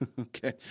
Okay